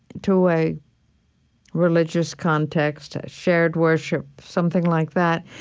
to a religious context, shared worship, something like that,